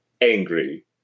Angry